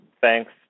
thanks